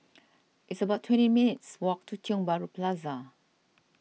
it's about twenty minutes' walk to Tiong Bahru Plaza